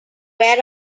where